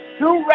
two